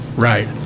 Right